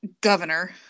governor